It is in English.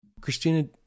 Christina